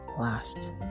last